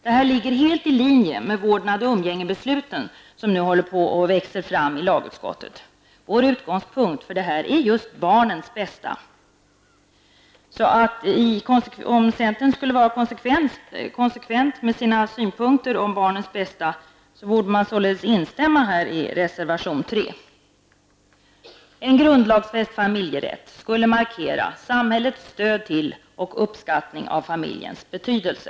Det här ligger helt i linje med vårdnads och umgängesförslagen, som nu håller på att växa fram i lagutskottet. Vår utgångspunkt är just barnens bästa. Om centern skulle vara konsekvent i sina synpunker på barnens bästa borde man således tillstyrka reservation 3. En grundlagsfäst familjerätt skulle markera samhällets stöd till familjen och uppskattning av familjens betydelse.